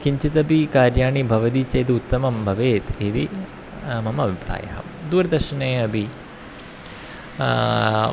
किञ्चिदपि कार्याणि भवति चेत् उत्तमं भवेत् इति मम अभिप्रायः दूरदर्शने अपि